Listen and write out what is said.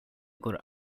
går